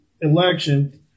election